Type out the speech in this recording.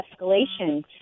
escalation